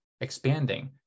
expanding